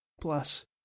Plus